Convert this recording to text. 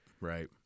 right